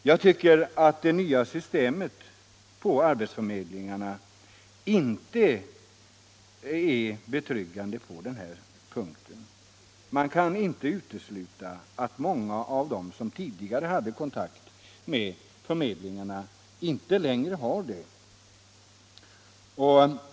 Jag tycker att det nya systemet på arbetsförmedlingarna inte är betryggande på den punkten. Man kan inte utesluta att många av dem som tidigare hade kontakt med förmedlingarna inte längre har det.